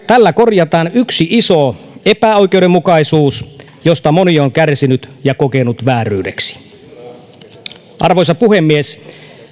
tällä korjataan yksi iso epäoikeudenmukaisuus josta moni on kärsinyt ja kokenut vääryydeksi arvoisa puhemies